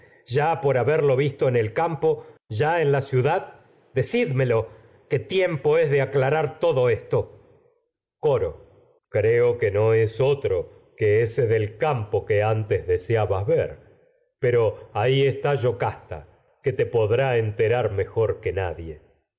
ya en haberlo que el es campo la decídmelo tiempo de aclarar todo esto coro antes creo que no es otro que ese del campo que deseabas ver pero ahí está yocasta que te podrá enterar mejor que nadie